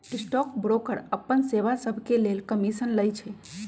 stock broker अप्पन सेवा सभके लेल कमीशन लइछइ